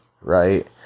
right